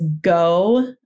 go